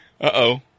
Uh-oh